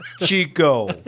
Chico